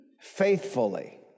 faithfully